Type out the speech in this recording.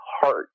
heart